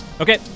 Okay